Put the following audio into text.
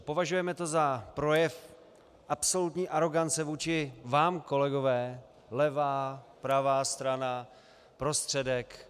Považujeme to za projev absolutní arogance vůči vám, kolegové, levá, pravá strana, prostředek.